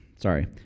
sorry